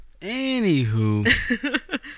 Anywho